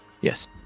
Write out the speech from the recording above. Yes